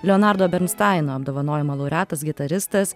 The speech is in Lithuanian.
leonardo bernstaino apdovanojimo laureatas gitaristas